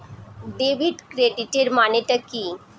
Debit ক্রেডিটের মানে টা কি?